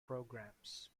programs